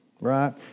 right